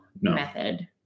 method